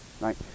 right